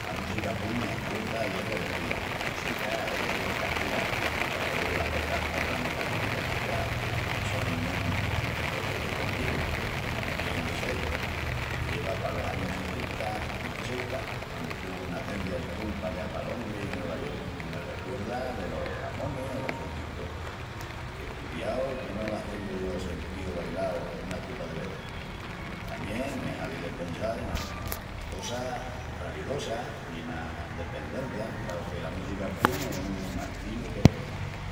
La música punk es huerça i es rebeldía. La música es yesca pura i alogu las letras palran dela crítica social i sonin un protestu continu, comu tien de sel. Me lleva palos añus setenta i ochenta, quandu tuvu nacencia el punk pallá pa Londri i Nueva York, i me recuerda delos Ramonis o los Sex Pistols, que cudiau que no las tengu yo sentíu i bailau una tupa de vezis. Tamién me hazi de pensal enas cosas ralidosas i ena endependencia, dau que la música punk es un astilu